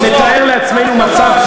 אין מה להגיד,